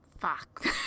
fuck